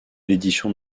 l’édition